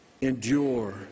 endure